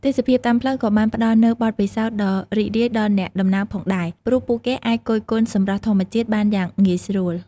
ទេសភាពតាមផ្លូវក៏បានផ្តល់នូវបទពិសោធន៍ដ៏រីករាយដល់អ្នកដំណើរផងដែរ ព្រោះពួកគេអាចគយគន់សម្រស់ធម្មជាតិបានយ៉ាងងាយស្រួល។